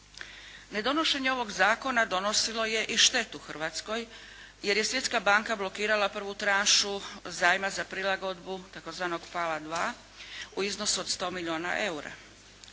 Ne donošenje ovog zakona donosilo je i štetu Hrvatskoj, jer je Svjetska banka blokirala prvu tranšu zajma za prilagodbu tzv. PAL 2 u iznosu od 100 milijuna eura.